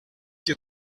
your